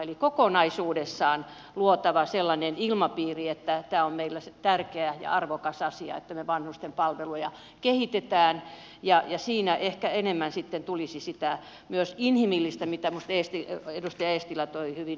eli kokonaisuudessaan on luotava sellainen ilmapiiri että tämä on meillä se tärkeä ja arvokas asia että me vanhusten palveluja kehitämme ja siinä ehkä enemmän sitten tulisi myös sitä inhimillistä puolta mitä minusta edustaja eestilä toi hyvin esille